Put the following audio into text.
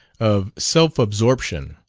of self-absorption,